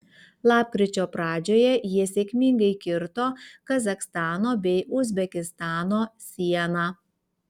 lapkričio pradžioje jie sėkmingai kirto kazachstano bei uzbekistano sieną